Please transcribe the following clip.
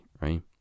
right